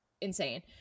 insane